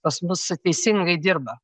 pas mus teisingai dirba